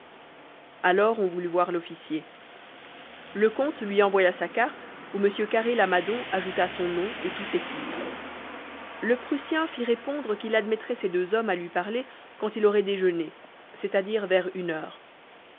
alors on voulut voir l'officier le comte lui envoya sa carte où m carré lamadon ajouta son nom et tous ses titres le prussien fit répondre qu'il admettrait ces deux hommes à lui parler quand il aurait déjeuné c'est-à-dire vers une heure